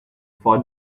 for